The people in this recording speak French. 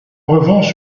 revanche